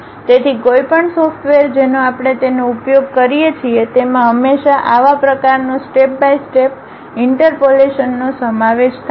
તેથી કોઈપણ સોફ્ટવેર જેનો આપણે તેનો ઉપયોગ કરીએ છીએ તેમાં હંમેશાં આવા પ્રકારનો સ્ટેપ બાય સ્ટેપ ઇન્ટરપોલેશનનો સમાવેશ થાય છે